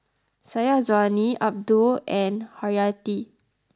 Syazwani Abdul and Haryati